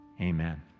Amen